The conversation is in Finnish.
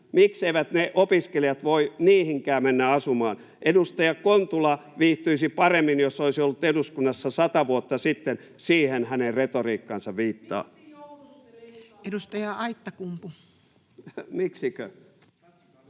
mikseivät ne opiskelijat voi niihinkään mennä asumaan. Edustaja Kontula viihtyisi paremmin, jos olisi ollut eduskunnassa sata vuotta sitten. Siihen hänen retoriikkansa viittaa. [Eveliina Heinäluoma: Miksi